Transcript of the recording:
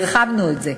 והרחבנו את זה.